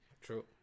True